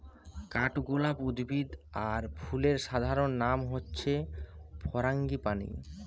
কাঠগোলাপ উদ্ভিদ আর ফুলের সাধারণ নাম হচ্ছে ফারাঙ্গিপানি